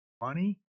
money